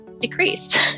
decreased